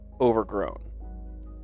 overgrown